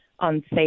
unsafe